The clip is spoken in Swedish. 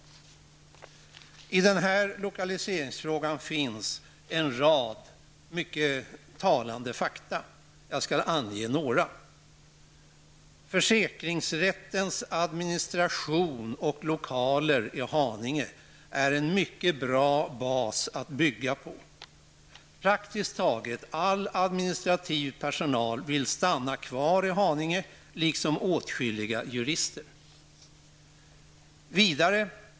I den här lokaliseringsfrågan finns en rad mycket talande fakta. Jag skall ange några. Haninge är en mycket bra bas att bygga på. Praktiskt taget all administrativ personal vill stanna kvar i Haninge liksom åtskilliga jurister.